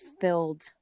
filled